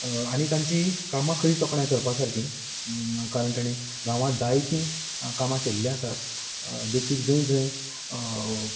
आनी तांची कामां खंयच तोखणाय करपा सारकी कारण तांणी गांवांत जायतीं कामां केल्ली आसात देखीक जंय जंय